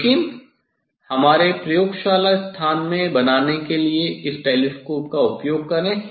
लेकिन हमारे प्रयोगशाला स्थान में बनाने के लिए इस टेलीस्कोप का उपयोग करें